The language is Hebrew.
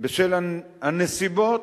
בשל הנסיבות,